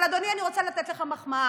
טוב, אבל אדוני, אני רוצה לתת לך מחמאה.